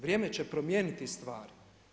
Vrijeme će promijeniti stvari.